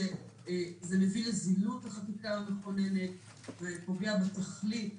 שזה מביא לזילות החקיקה המכוננת ופוגע בתכלית